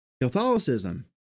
Catholicism